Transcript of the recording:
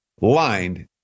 lined